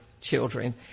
children